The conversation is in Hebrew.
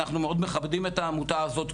אנחנו מאוד מכבדים את העמותה הזאת,